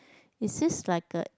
is this like a